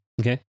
Okay